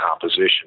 composition